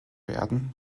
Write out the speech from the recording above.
werden